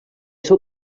seu